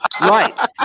right